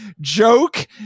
joke